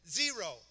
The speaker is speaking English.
zero